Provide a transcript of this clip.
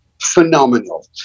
Phenomenal